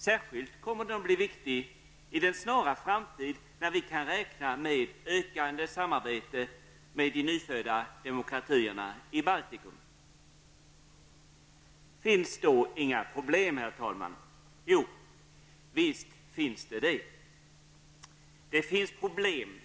Särskilt viktig kommer den att bli i den snara framtid, när vi kan räkna med ökande samarbete med de nyfödda demokratierna i Finns då inga problem, herr talman? Jo, visst finns det problem.